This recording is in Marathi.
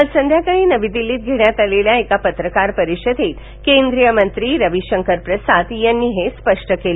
काल संध्याकाळी नवी दिल्ली इथं घेण्यात आलेल्या पत्रकार परिषदेत केंद्रीय मंत्री रवीशंकर प्रसाद यांनी हे स्पष्ट केलं